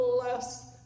bless